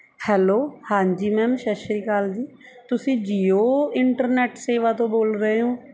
hello ਹਾਂਜੀ ma'am ਸਤਿ ਸ਼੍ਰੀ ਅਕਾਲ ਜੀ ਤੁਸੀਂ ਜੀਓ ਇੰਟਰਨੈਟ ਸੇਵਾ ਤੋਂ ਬੋਲ ਰਹੇ ਹੋ